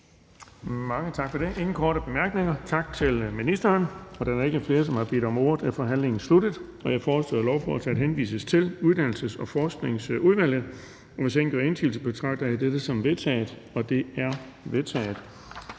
Mange tak for det. Der er ingen korte bemærkninger. Tak til ministeren. Da der ikke er flere, som har bedt om ordet, er forhandlingen sluttet. Jeg foreslår, at forslaget henvises til Uddannelses- og Forskningsudvalget. Hvis ingen gør indsigelse, betragter jeg dette som vedtaget. Det er vedtaget.